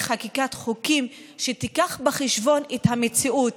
חקיקת חוקים שתיקח בחשבון את המציאות,